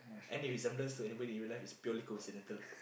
any resemble to anybody in real life is purely coincidental